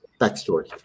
backstory